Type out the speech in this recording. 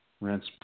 Rents